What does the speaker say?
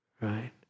right